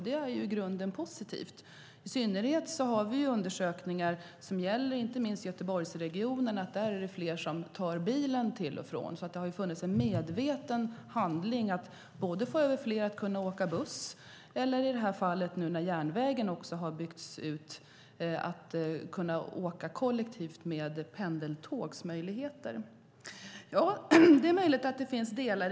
Det är i grunden positivt. Vi har undersökningar som visar att inte minst i Göteborgsregionen är det fler som tar bilen till och från jobbet. Det har därför varit ett medvetet arbete för att få fler att åka buss eller, nu när järnvägen har byggts ut, att skapa möjligheter att åka kollektivt med pendeltåg.